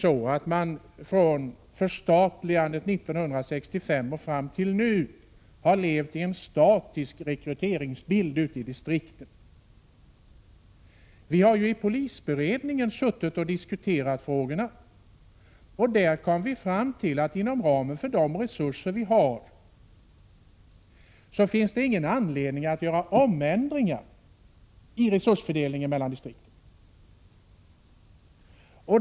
Från förstatligandet år 1965 och fram till nu har man inte levt i någon statisk rekryteringsbild ute i distrikten. Vi har i polisberedningen diskuterat de här frågorna, och där kom vi fram till att inom ramen för de resurser som vi har finns det ingen anledning att göra ändringar i resursfördelningen mellan distrikten.